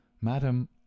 Madam